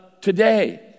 today